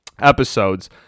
episodes